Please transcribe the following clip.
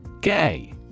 Gay